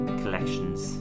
collections